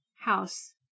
house